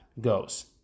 goes